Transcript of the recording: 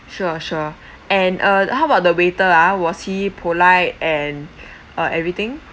sure sure and uh how about the waiter uh was he polite and uh everything